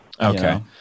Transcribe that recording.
Okay